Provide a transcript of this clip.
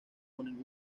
ponen